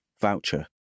voucher